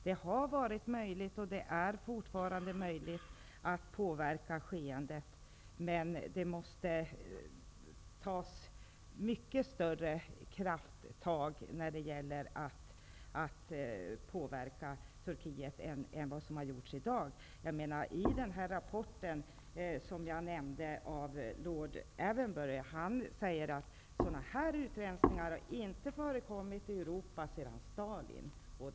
Det har varit och är fortfarande möjligt att påverka skeendet, men det måste tas mycket större krafttag när det gäller att påverka Turkiet än vad som har gjorts hittills. Lord Avenbury säger i sin rapport, som jag nämnde, att sådana här utrensningar inte har förekommit i Europa sedan Stalins tid.